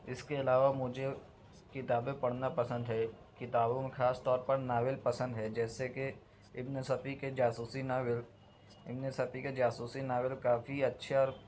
اس کے علاوہ مجھے کتابیں پڑھنا پسند ہے کتابوں میں خاص طور پر ناول پسند ہے جیسے کہ ابن صفی کے جاسوسی ناول ابن صفی کے جاسوسی ناول کافی اچھے اور